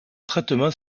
traitement